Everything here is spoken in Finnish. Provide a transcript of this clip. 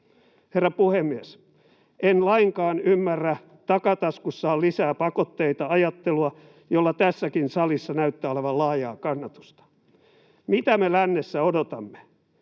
Herra puhemies! En lainkaan ymmärrä ”takataskussa on lisää pakotteita” ‑ajattelua, jolla tässäkin salissa näyttää olevan laajaa kannatusta. Mitä me lännessä odotamme?